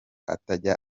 atajya